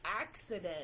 accident